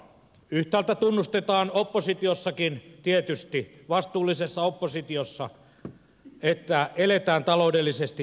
yhtäältä tunnustetaan tietysti oppositiossakin vastuullisessa oppositiossa että eletään taloudellisesti tiukkoja aikoja